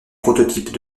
prototypes